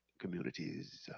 communities